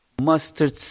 mustard